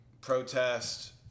protest